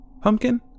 Pumpkin